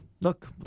look